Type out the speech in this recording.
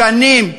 שנים,